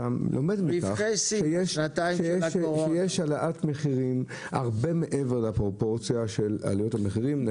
אתה לומד מכך שיש העלאת מחירים הרבה מעבר לפרופורציה של עלויות המחירים.